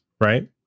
right